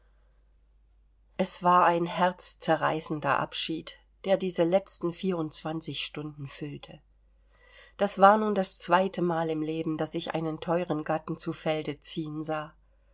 es war ein herzzerreißender abschied der diese letzten vierundzwanzig stunden füllte das war nun das zweite mal im leben daß ich einen teueren gatten zu felde ziehen sah